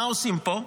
מה עושים פה?